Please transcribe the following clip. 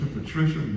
Patricia